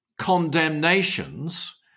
condemnations